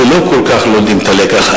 שלא כל כך לומדים את הלקח.